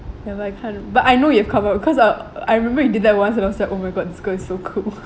have I kind of but I know you have come up because uh I remember you did that once and I was like oh my god this girl is so cool